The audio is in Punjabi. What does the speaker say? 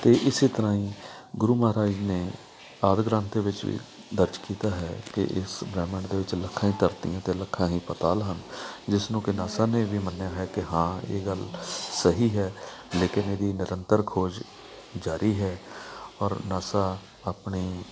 ਅਤੇ ਇਸ ਤਰ੍ਹਾਂ ਹੀ ਗੁਰੂ ਮਹਾਰਾਜ ਨੇ ਆਦਿ ਗ੍ਰੰਥ ਦੇ ਵਿੱਚ ਵੀ ਦਰਜ ਕੀਤਾ ਹੈ ਕਿ ਇਸ ਬ੍ਰਹਿਮੰਡ ਦੇ ਵਿੱਚ ਲੱਖਾਂ ਹੀ ਧਰਤੀਆਂ ਅਤੇ ਲੱਖਾਂ ਹੀ ਪਤਾਲ ਹਨ ਜਿਸ ਨੂੰ ਕਿ ਨਾਸਾ ਨੇ ਵੀ ਮੰਨਿਆ ਹੈ ਕਿ ਹਾਂ ਇਹ ਗੱਲ ਸਹੀ ਹੈ ਲੇਕਿਨ ਇਹਦੀ ਨਿਰੰਤਰ ਖੋਜ ਜਾਰੀ ਹੈ ਔਰ ਨਾਸਾ ਆਪਣੇ